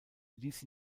ließ